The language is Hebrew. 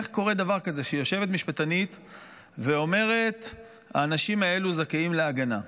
איך קורה דבר כזה שיושבת משפטנית ואומרת: האנשים האלו זכאים להגנה.